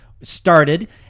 started